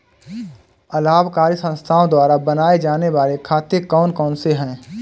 अलाभकारी संस्थाओं द्वारा बनाए जाने वाले खाते कौन कौनसे हैं?